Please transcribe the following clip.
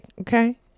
okay